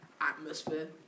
atmosphere